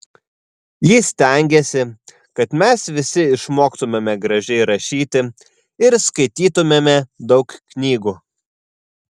ji stengėsi kad mes visi išmoktumėme gražiai rašyti ir skaitytumėme daug knygų